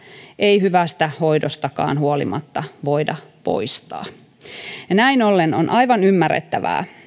ei hyvästä hoidostakaan huolimatta voida poistaa näin ollen on aivan ymmärrettävää